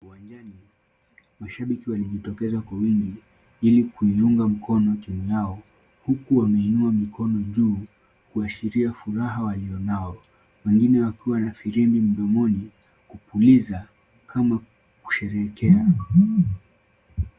Uwanjani mashabiki walijitokeza kwa wingi ili kuiunga mkono timu yao huku wameinua mikono juu kuashiria furaha walio nayo. Wengine wakiwa na firimbi mdomoni kupuliza kama kusherehekea.